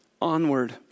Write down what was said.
onward